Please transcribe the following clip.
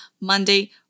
Monday